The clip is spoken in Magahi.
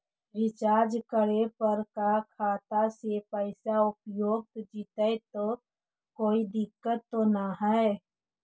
रीचार्ज करे पर का खाता से पैसा उपयुक्त जितै तो कोई दिक्कत तो ना है?